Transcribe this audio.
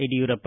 Yediyurappa